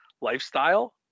lifestyle